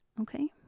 Okay